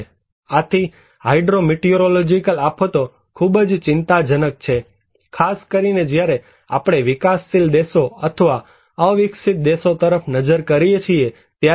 આથી hydrometeorological આફતો ખૂબ જ ચિંતાજનક છે ખાસ કરીને જ્યારે આપણે વિકાસશીલ દેશો અથવા અવિકસિત દેશો તરફ નજર કરીએ છીએ ત્યારે